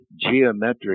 geometric